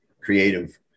creative